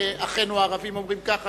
אחינו הערבים אומרים כך,